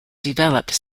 developed